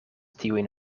tiujn